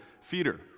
feeder